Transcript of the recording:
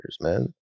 man